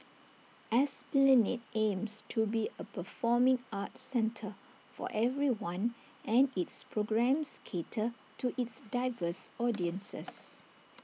esplanade aims to be A performing arts centre for everyone and its programmes cater to its diverse audiences